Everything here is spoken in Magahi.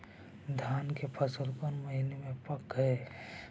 धान के फसल कौन महिना मे पक हैं?